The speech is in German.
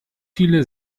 viele